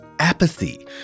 apathy